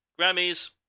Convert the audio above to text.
Grammys